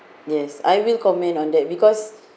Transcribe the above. yes I will comment on that because